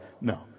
No